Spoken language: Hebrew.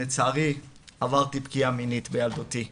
עברתי פגיעה מינית בילדותי.